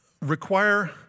require